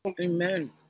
Amen